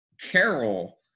Carol